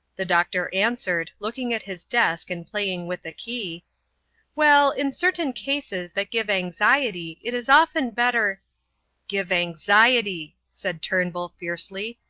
the doctor answered, looking at his desk and playing with a key well, in certain cases that give anxiety it is often better give anxiety, said turnbull, fiercely.